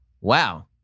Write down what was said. Wow